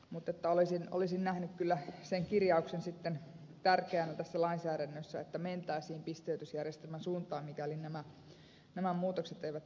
mutta olisin kyllä nähnyt sen kirjauksen tärkeänä tässä lainsäädännössä että mentäisiin pisteytysjärjestelmän suuntaan mikäli nämä muutokset eivät tässä tehoa